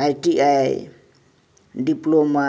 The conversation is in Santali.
I T I diploma